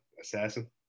assassin